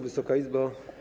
Wysoka Izbo!